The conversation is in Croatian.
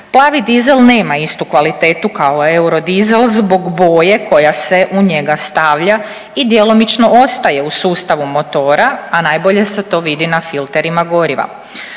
Plavi dizel nema istu kvalitetu kao eurodizel zbog boje koja se u njega stavlja i djelomično ostaje u sustavu motora, a najbolje se to vidi na filterima goriva.